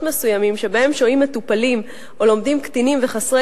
מסוימים שבהם שוהים מטופלים או לומדים קטינים וחסרי